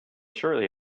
surely